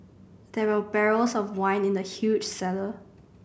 there were barrels of wine in the huge cellar